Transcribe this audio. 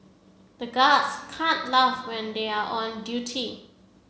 the guards can't laugh when they are on duty